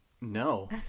No